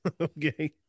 Okay